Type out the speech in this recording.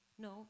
No